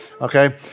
Okay